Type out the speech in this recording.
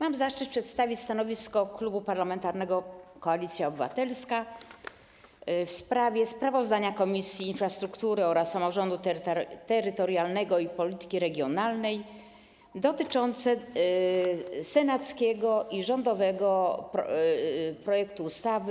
Mam zaszczyt przedstawić stanowisko Klubu Parlamentarnego Koalicja Obywatelska wobec sprawozdania Komisji Infrastruktury oraz Komisji Samorządu Terytorialnego i Polityki Regionalnej dotyczącego senackiego i rządowego projektów ustaw